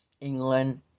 England